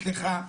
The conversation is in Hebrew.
סליחה,